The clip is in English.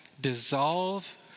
dissolve